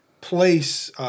place